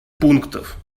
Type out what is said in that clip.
пунктов